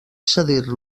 cedir